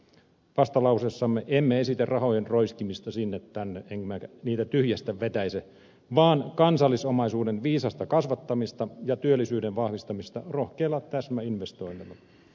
vastalauseessamme emme esitä rahojen roiskimista sinne tänne emmekä niitä tyhjästä vetäise vaan kansallisomaisuuden viisasta kasvattamista ja työllisyyden vahvistamista rohkeilla täsmäinvestoinneilla